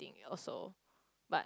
also but